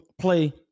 play